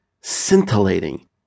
scintillating